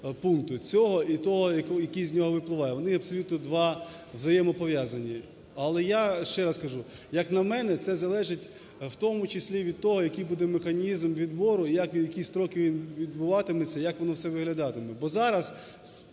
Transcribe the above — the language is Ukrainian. пункту, цього і того, який з нього випливає, вони є абсолютно два взаємопов'язані. Але я, ще раз кажу, як на мене, це залежить в тому числі від того, який буде механізм відбору і як він, в які строки відбуватиметься, як воно все виглядатиме.